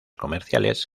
comerciales